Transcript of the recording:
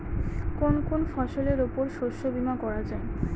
কোন কোন ফসলের উপর শস্য বীমা করা যায়?